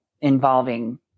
involving